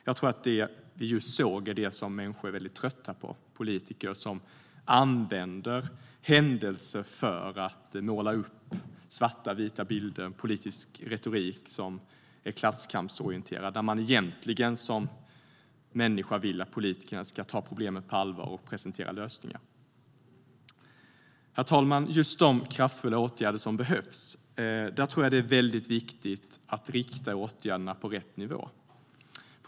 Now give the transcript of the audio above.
Jag tror att människor är väldigt trötta på höra det vi just hörde - politiker som använder händelser för att måla upp svarta och vita klasskampsorienterade bilder - när de egentligen vill att politiker ska ta problemet på allvar och presentera lösningar. Herr talman! Det är viktigt att rikta de kraftfulla åtgärder som behövs mot rätt nivå.